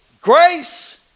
Grace